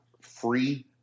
free